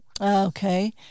Okay